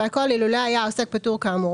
והכל אילולא היה עוסק פטור כאמור,